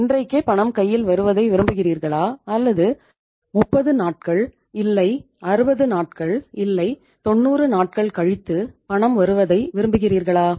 இன்றைக்கே பணம் கையில் வருவதை விரும்புவீர்களா அல்லது 30 நாட்கள் இல்லை 60 நாட்கள் இல்லை 90 நாட்கள் கழித்து பணம் வருவதை விரும்புகிறீர்களா